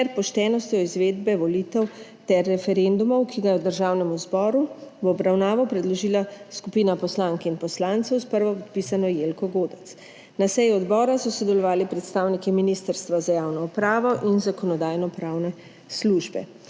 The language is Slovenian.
ter poštenostjo izvedbe volitev ter referendumov, ki ga je Državnemu zboru v obravnavo predložila skupina poslank in poslancev s prvopodpisano Jelko Godec. Na seji odbora so sodelovali predstavniki Ministrstva za javno upravo in Zakonodajno-pravne službe.